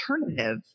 alternative